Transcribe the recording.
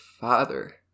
father